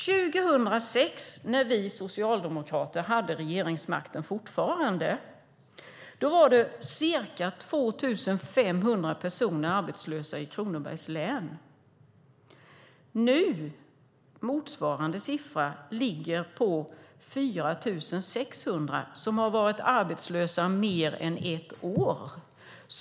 År 2006 när vi socialdemokrater fortfarande hade regeringsmakten var ca 2 500 personer arbetslösa i Kronobergs län. Nu ligger motsvarande siffra för dem som har varit arbetslösa i mer än ett år på 4 600.